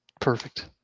Perfect